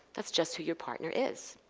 that's just who your partner is.